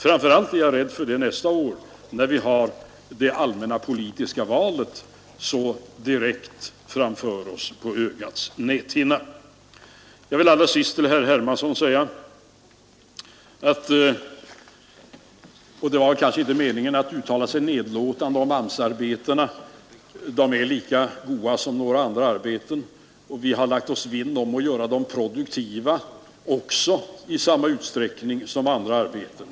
Framför allt är jag rädd för det nästa år, när vi har det allmänna politiska valet så direkt framför oss på ögats näthinna. Jag vill allra sist säga ett par ord till herr Hermansson även om det väl inte var hans mening att uttala sig nedlåtande om AMS-arbetena. De är lika goda som andra arbeten, och vi har lagt oss vinn om att också göra dem produktiva i samma utsträckning som andra arbeten.